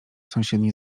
sąsiedni